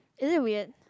is it weird